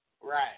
Right